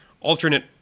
alternate